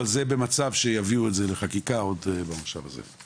אבל זה רק במצב בו יביאו את זה לחקיקה עוד במושב הזה.